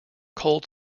cold